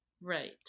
Right